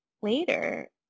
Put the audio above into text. later